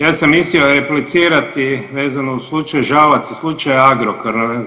Ja sam mislio replicirati vezano u slučaju Žalac i slučaju Agrokor.